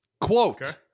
Quote